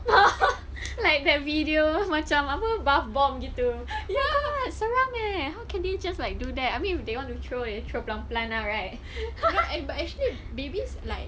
like that videos macam apa bath bomb gitu seram leh how can they just like do that I mean if they want to throw throw perlahan-perlahan lah right but actually babies like